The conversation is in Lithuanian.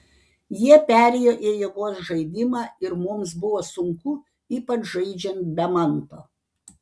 jie perėjo į jėgos žaidimą ir mums buvo sunku ypač žaidžiant be manto